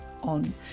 on